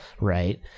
Right